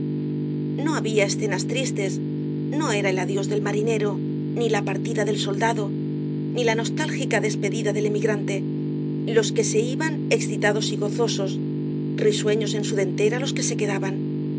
no había escenas tristes no era el adiós del marinero ni la partida del soldado ni la nostálgica despedida del emigrante los que se iban excitados y gozosos risueños en su dentera los que se quedaban